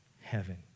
heaven